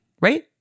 right